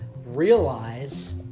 Realize